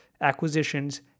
acquisitions